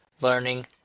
Learning